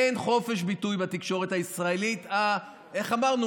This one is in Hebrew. אין חופש ביטוי בתקשורת הישראלית, איך אמרנו?